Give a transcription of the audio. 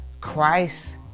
Christ